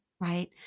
right